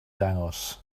dangos